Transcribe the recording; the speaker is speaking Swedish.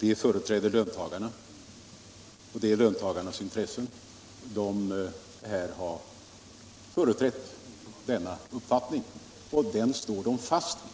De företräder löntagarnas intressen, de har framfört löntagarnas uppfattning och den står de fast vid.